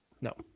No